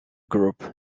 group